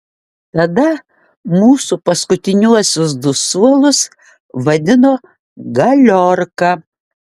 tada mūsų paskutiniuosius du suolus vadino galiorka